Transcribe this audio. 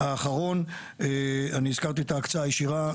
האחרון, אני הזכרתי את ההקצאה הישירה.